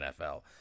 NFL